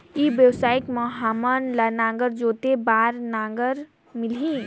ई व्यवसाय मां हामन ला नागर जोते बार नागर मिलही?